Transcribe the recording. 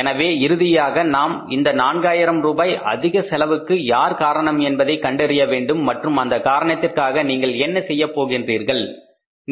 எனவே இறுதியாக நாம் இந்த நான்காயிரம் ரூபாய் அதிக செலவுக்கு யார் காரணம் என்பதை கண்டறிய வேண்டும் மற்றும் அந்த காரணத்திற்காக நீங்கள் என்ன செய்யப் போகிறீர்கள்